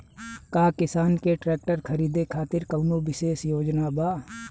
का किसान के ट्रैक्टर खरीदें खातिर कउनों विशेष योजना बा?